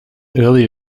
early